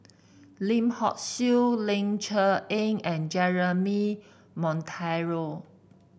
Lim Hock Siew Ling Cher Eng and Jeremy Monteiro